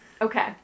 Okay